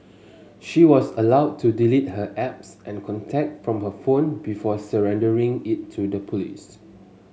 she was allowed to delete her apps and contacts from her phone before surrendering it to the police